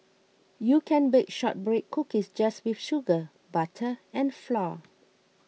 you can bake Shortbread Cookies just with sugar butter and flour